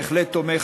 בהחלט תומך,